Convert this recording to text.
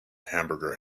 hamburger